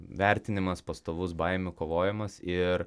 vertinimas pastovus baimių kovojimas ir